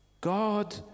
God